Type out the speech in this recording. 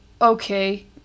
okay